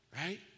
right